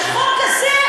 שהחוק הזה,